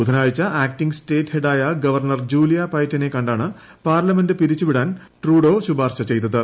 ബുധനാഴ്ച acting state ഹെഡായ governor Julia പയറ്റിനെ കണ്ടാണു പാർലമെൻറ് പിരിച്ചുവിടാൻ ട്രൂഡോ ശിപാർശ ചെയ്തത്